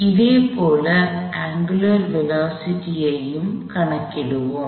இதே போல angular velocity ஐயும் கணக்கிடுவேன்